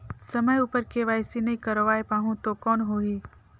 समय उपर के.वाई.सी नइ करवाय पाहुं तो कौन होही?